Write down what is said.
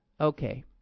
Okay